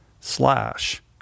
slash